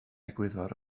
egwyddor